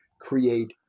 create